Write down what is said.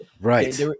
right